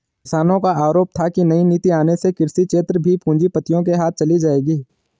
किसानो का आरोप था की नई नीति आने से कृषि क्षेत्र भी पूँजीपतियो के हाथ चली जाएगी